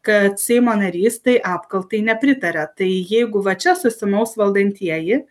kad seimo narys tai apkaltai nepritaria tai jeigu va čia susimaus valdantieji